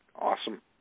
awesome